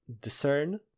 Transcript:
discern